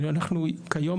כיום,